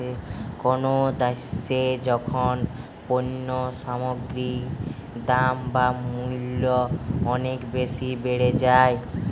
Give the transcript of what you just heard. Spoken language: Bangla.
কোনো দ্যাশে যখন পণ্য সামগ্রীর দাম বা মূল্য অনেক বেশি বেড়ে যায়